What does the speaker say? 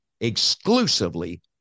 exclusively